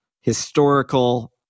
historical